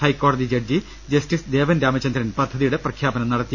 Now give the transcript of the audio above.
ഹൈക്കോടതി judge justice Devan Ramachandran പദ്ധതിയുടെ പ്രഖ്യാപനം നടത്തി